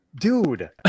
dude